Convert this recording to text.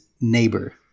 neighbor